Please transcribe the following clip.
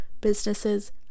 businesses